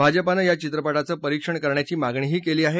भाजपानं या चित्रपटाचं परीक्षण करण्याची मागणीही केली आहे